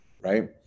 right